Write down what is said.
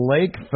Lake